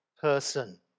person